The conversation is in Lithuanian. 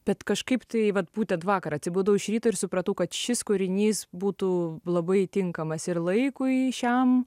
bet kažkaip tai vat būtent vakar atsibudau iš ryto ir supratau kad šis kūrinys būtų labai tinkamas ir laikui šiam